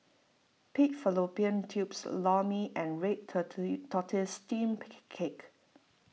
Pig Fallopian Tubes Lor Mee and Red Tortoise Steamed Cake